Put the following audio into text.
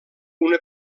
una